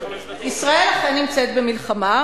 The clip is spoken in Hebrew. ישראל אכן נמצאת במלחמה,